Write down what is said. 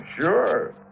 Sure